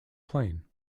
plane